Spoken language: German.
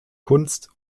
kunst